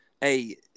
Hey